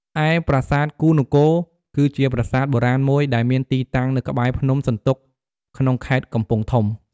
ឯប្រាសាទគូហ៍នគរ គឺជាប្រាសាទបុរាណមួយដែលមានទីតាំងនៅក្បែរភ្នំសន្ទុក ក្នុងខេត្តកំពង់ធំ។